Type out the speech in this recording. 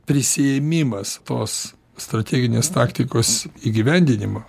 prisiėmimas tos strateginės taktikos įgyvendinimo